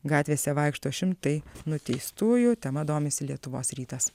gatvėse vaikšto šimtai nuteistųjų tema domisi lietuvos rytas